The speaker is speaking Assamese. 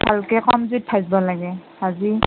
ভালকৈ কমপ্লিট ভাজিব লাগে ভাজি